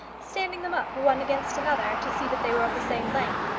standing them up one against another to see that they were of the same length.